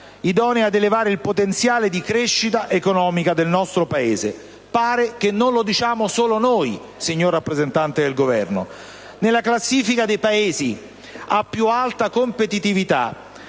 idonee ad elevare il potenziale di crescita economica del nostro Paese. Non lo diciamo solo noi, a quanto pare, signor rappresentante del Governo. Nella classifica dei Paesi a più alta competitività,